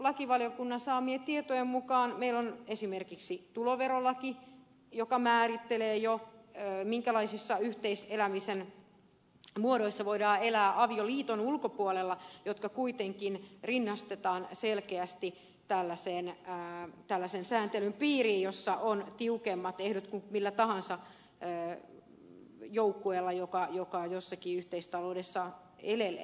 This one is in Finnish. lakivaliokunnan saamien tietojen mukaan meillä on esimerkiksi tuloverolaki joka jo määrittelee minkälaisissa yhteiselämisen muodoissa voidaan elää avioliiton ulkopuolella jotka kuitenkin rinnastetaan selkeästi tällaisen sääntelyn piiriin jossa on tiukemmat ehdot kuin millä tahansa joukkueella joka joissakin yhteistaloudessa elelee